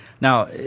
Now